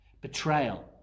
betrayal